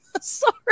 Sorry